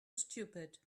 stupid